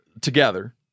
together